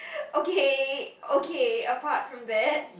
okay okay apart from that